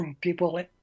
people